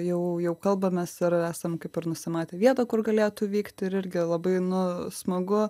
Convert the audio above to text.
jau jau kalbamės ir esam kaip ir nusimatę vietą kur galėtų vykti ir irgi labai nu smagu